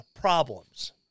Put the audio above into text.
problems